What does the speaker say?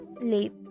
late